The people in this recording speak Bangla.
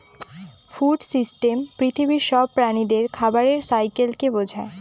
ফুড সিস্টেম পৃথিবীর সব প্রাণীদের খাবারের সাইকেলকে বলে